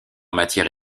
matière